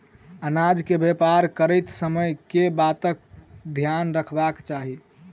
अनाज केँ व्यापार करैत समय केँ बातक ध्यान रखबाक चाहि?